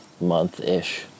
month-ish